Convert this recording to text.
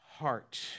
heart